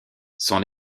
son